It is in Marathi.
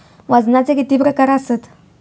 वजनाचे किती प्रकार आसत?